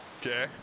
Okay